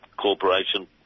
Corporation